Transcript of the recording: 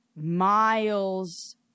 miles